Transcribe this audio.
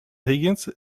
higgins